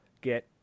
get